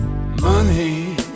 Money